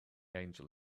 angel